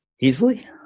Easily